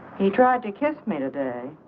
he tried to kiss me today.